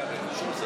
הלבוש שלו?